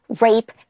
rape